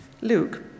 Luke